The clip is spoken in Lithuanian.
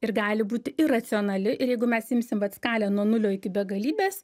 ir gali būti iracionali ir jeigu mes imsim vat skalę nuo nulio iki begalybės